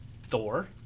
Thor